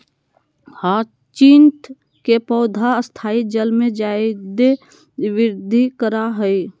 hyacinth के पौधा स्थायी जल में जादे वृद्धि करा हइ